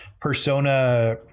Persona